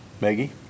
Maggie